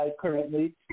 currently